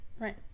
Right